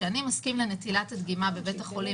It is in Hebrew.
כשאני מסכים לנטילת הדגימה בבית החולים